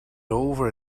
over